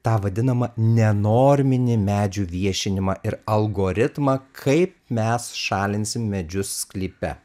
tą vadinamą nenorminį medžių viešinimą ir algoritmą kaip mes šalinsim medžius sklype